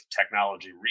technology